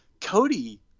Cody –